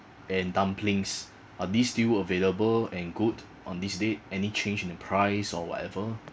and dumplings are these still available and good on this date any change in the price or whatever